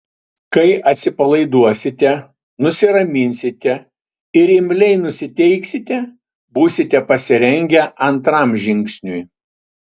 kai atsipalaiduosite nusiraminsite ir imliai nusiteiksite būsite pasirengę antram žingsniui